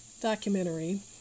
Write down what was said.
documentary